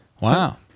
Wow